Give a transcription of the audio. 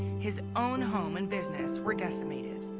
his own home and business were decimated.